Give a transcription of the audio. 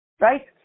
right